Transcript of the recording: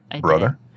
brother